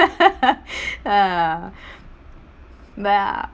but ya